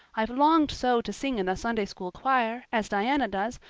i've longed so to sing in the sunday-school choir, as diana does,